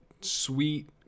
sweet